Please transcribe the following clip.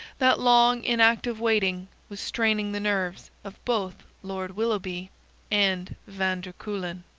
that long, inactive waiting was straining the nerves of both lord willoughby and van der kuylen.